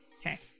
Okay